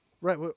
Right